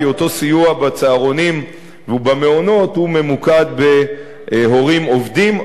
כי אותו סיוע בצהרונים ובמעונות ממוקד בהורים עובדים.